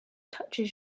touches